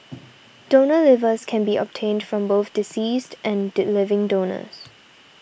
donor livers can be obtained from both deceased and living donors